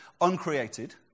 uncreated